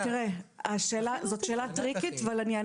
תראה, זאת שאלה טריקית אבל אני אענה